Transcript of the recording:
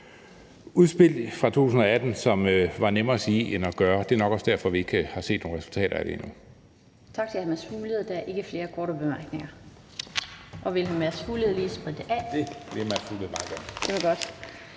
udspil fra 2018, som var nemmere at sige end at gøre. Det er nok også derfor, at vi ikke har set nogen resultater af det endnu.